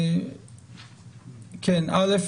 א',